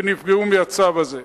שנפגעו מהצו הזה.